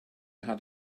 had